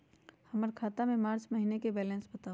हमर खाता के मार्च महीने के बैलेंस के बताऊ?